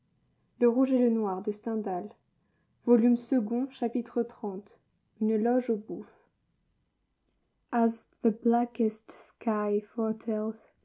chapitre xxx une loge aux bouffes